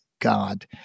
God